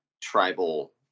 tribal